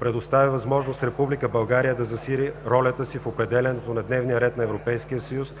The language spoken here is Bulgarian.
предоставя възможност Република България да засили ролята си в определянето на дневния ред на Европейския съюз